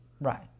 Right